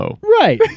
right